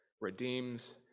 redeems